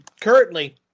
currently